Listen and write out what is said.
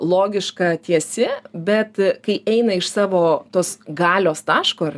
logiška tiesi bet kai eina iš savo tos galios taško ar